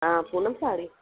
हा पूनम साड़ी